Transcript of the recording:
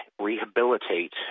rehabilitate